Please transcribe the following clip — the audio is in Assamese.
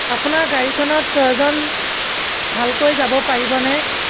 আপোনাৰ গাড়ীখনত ছয়জন ভালকৈ যাব পাৰিবনে